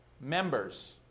members